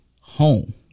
home